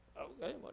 Okay